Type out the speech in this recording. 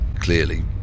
clearly